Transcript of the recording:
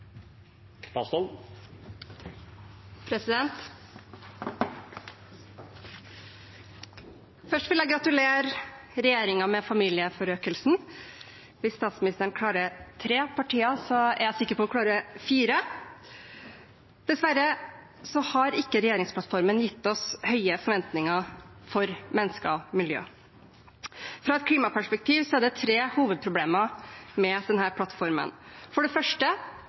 omme. Først vil jeg gratulere regjeringen med familieforøkelsen. Hvis statsministeren klarer tre partier, er jeg sikker på at hun klarer fire! Dessverre har ikke regjeringsplattformen gitt oss høye forventninger for mennesker og miljø. Fra et klimaperspektiv er det tre hovedproblemer med denne plattformen: For det første